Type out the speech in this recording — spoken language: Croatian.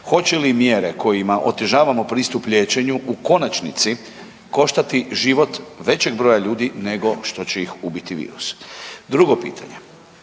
hoće li mjere kojima otežavamo pristup liječenju u konačnici koštati život većeg broja ljudi nego što će ih ubiti virus? Drugo pitanje,